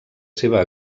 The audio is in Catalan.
seva